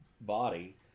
body